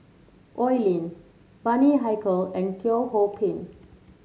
Oi Lin Bani Haykal and Teo Ho Pin